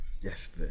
Yes